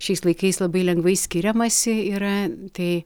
šiais laikais labai lengvai skiriamasi yra tai